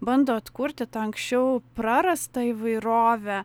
bando atkurti tą anksčiau prarastą įvairovę